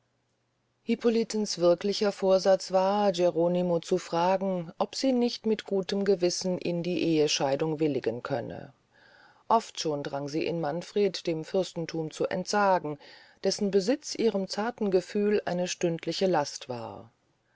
hippolitens wirklicher vorsatz war geronimo zu fragen ob sie nicht mit gutem gewissen in die ehescheidung willigen könne oft schon drang sie in manfred dem fürstenthum zu entsagen dessen besitz ihrem zarten gefühl eine stündliche last war